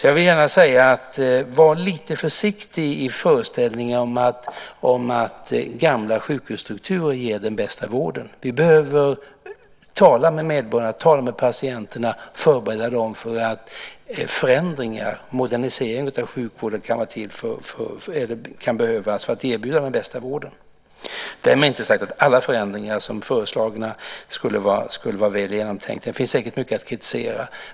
Jag vill gärna säga: Var lite försiktig i föreställningen om att gamla sjukhusstrukturer ger den bästa vården. Vi behöver tala med medborgarna, patienterna, och förbereda dem på förändringar. Moderniseringar av sjukvården kan behövas för att erbjuda den bästa vården. Därmed inte sagt att alla förändringar som är föreslagna skulle vara väl genomtänkta. Det finns säkert mycket att kritisera.